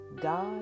God